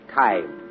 time